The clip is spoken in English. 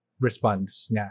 response